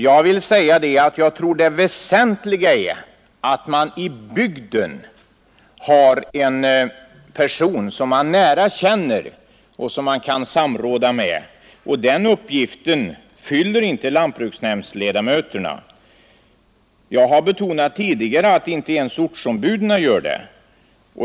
Jag vill säga att jag tror det väsentliga är att man i bygden har en person man nära känner och som man kan samråda med. Den uppgiften fyller inte lantbruksnämndsledamöterna, och jag har tidigare betonat att inte ens ortsombuden gör det.